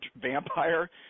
vampire